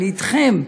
אני אתכם,